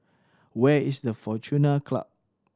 where is the Fortuna Club